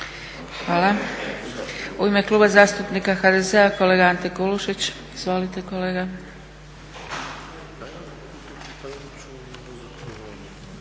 Hvala. U ime Kluba zastupnika HDZ-a kolega Ante Kulušić. Izvolite kolega.